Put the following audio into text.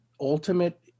ultimate